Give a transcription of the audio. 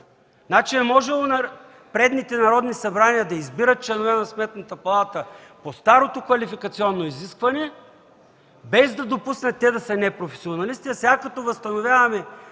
Значи е можело предните Народни събрания да избират членове на Сметната палата по старото квалификационно изискване, без да допуснат те да са непрофесионалисти,